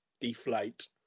deflate